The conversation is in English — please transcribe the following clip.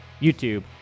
YouTube